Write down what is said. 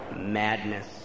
madness